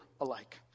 alike